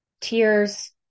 tears